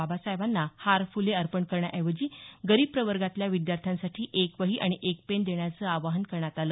बाबासाहेंबांना हार फुले अर्पण करण्याऐवजी गरीब प्रवर्गातल्या विद्यार्थ्यांसाठी एक वही आणि एक पेन देण्याचं आवाहन करण्यात आलं